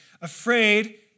afraid